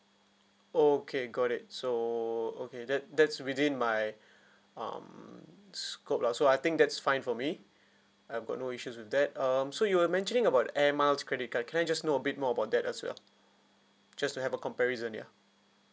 okay got it so okay that that's within my um scope lah so I think that's fine for me I've got no issues with that um so you were mentioning about air miles credit card can I just know a bit more about that as well just to have a comparison ya